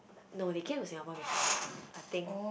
no they came to Singapore before lah I think